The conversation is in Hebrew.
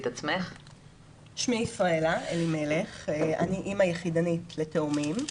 שמי ישראלה אלימלך, אני אמא יחידנית לתאומים.